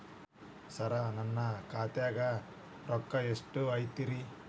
ಸರ ನನ್ನ ಖಾತ್ಯಾಗ ರೊಕ್ಕ ಎಷ್ಟು ಐತಿರಿ?